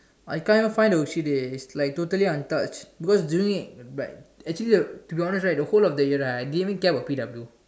I can't even find the sheet already it's like totally untouched because during like but actually the whole of the year right I didn't care about P_W